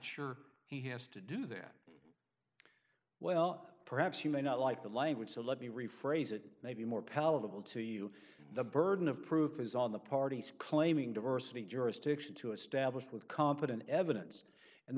sure he has to do that well perhaps you may not like the language so let me rephrase it maybe more palatable to you the burden of proof is on the parties claiming diversity jurisdiction to establish with competent evidence and the